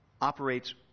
operates